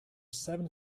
seven